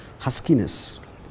huskiness